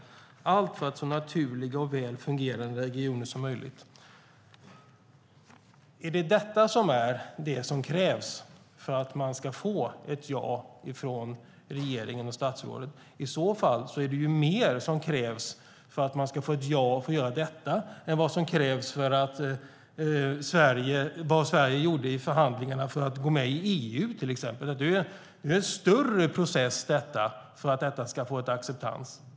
Allt för att få så naturliga och så väl fungerande regioner som möjligt." Är det detta som krävs för att man ska få ett ja från regeringen och från statsrådet? I så fall är det mer som krävs för att få ett ja till att göra detta än vad Sverige gjorde i förhandlingarna för att gå med i EU. Det är en större process för att detta ska få en acceptans.